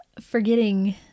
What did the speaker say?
forgetting